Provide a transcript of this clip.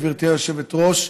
גברתי היושבת-ראש,